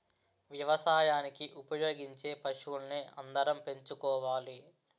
వ్యవసాయానికి ఉపయోగించే పశువుల్ని అందరం పెంచుకోవాలి